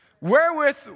wherewith